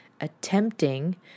attempting